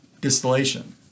distillation